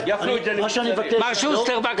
היו